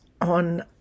on